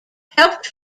helped